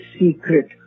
secret